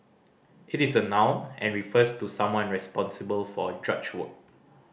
it is a noun and refers to someone responsible for drudge work